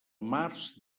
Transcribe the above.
març